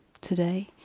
today